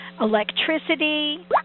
Electricity